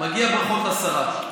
מגיעות ברכות לשרה.